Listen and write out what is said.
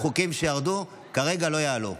חוקים שירדו כרגע לא יעלו.